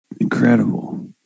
Incredible